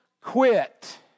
quit